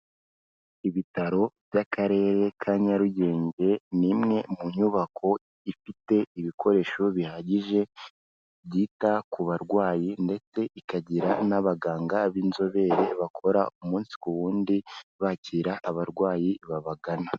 Ibitaro by'Akarere ka Nyarugenge, ni imwe mu nyubako ifite ibikoresho bihagije byita ku barwayi, ndetse ikagira n'abaganga b'inzobere bakora umunsi ku wundi, bakira abarwayi babagana.